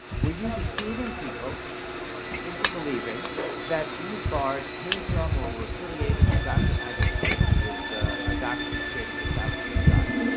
were you deceiving people into believing that these bars came from or were affiliated with a dr. agatston who was the doctor who created the south beach diet?